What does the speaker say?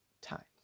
time